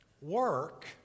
work